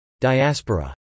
Diaspora